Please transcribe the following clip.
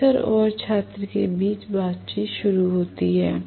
professor और छात्र के बीच बातचीत शुरू होती है